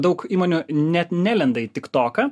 daug įmonių ne nelenda į tiktoką